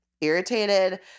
irritated